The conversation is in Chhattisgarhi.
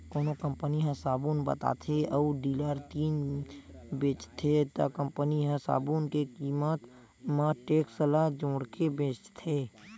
कोनो कंपनी ह साबून बताथे अउ डीलर तीर बेचथे त कंपनी ह साबून के कीमत म टेक्स ल जोड़के बेचथे